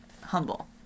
humble